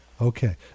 Okay